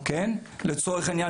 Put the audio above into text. לצורך העניין,